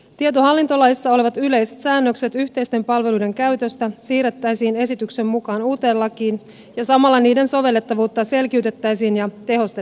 tietohallintolaissa olevat yleiset säännökset yhteisten palveluiden käytöstä siirrettäisiin esityksen mukaan uuteen lakiin ja samalla niiden sovellettavuutta selkiytettäisiin ja tehostettaisiin